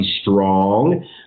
strong